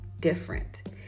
different